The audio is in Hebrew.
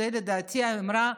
זאת לדעתי אמירה,